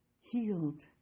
healed